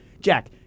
Jack